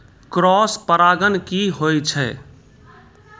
Cross परागण की होय छै?